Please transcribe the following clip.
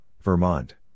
Vermont